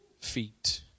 feet